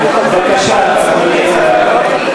בבקשה, אדוני.